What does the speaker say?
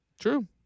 True